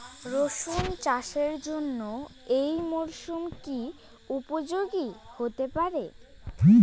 রসুন চাষের জন্য এই মরসুম কি উপযোগী হতে পারে?